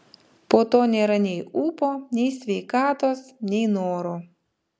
po to nėra nei ūpo nei sveikatos nei noro